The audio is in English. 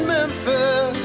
Memphis